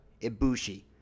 Ibushi